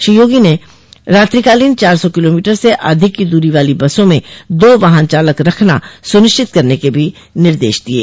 श्री योगी ने रात्रिकालीन चार सौ किलोमीटर से अधिक की दूरी वाली बसों में दो वाहन चालक रखना सुनिश्चित करने के भी निर्देश दिये